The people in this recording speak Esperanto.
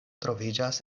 troviĝas